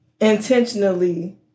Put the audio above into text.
intentionally